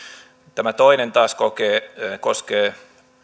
tämä toinen taas koskee